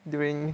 during